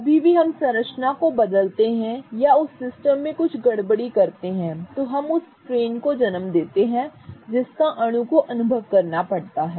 कभी भी हम संरचना को बदलते हैं या हम उस सिस्टम में कुछ गड़बड़ी करते हैं जो हम उस स्ट्रेन को जन्म देते हैं जिसका अणु को अनुभव करना पड़ता है